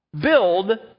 build